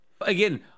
Again